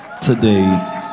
today